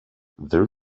their